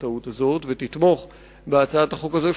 הטעות הזאת ותתמוך בהצעת החוק הזאת,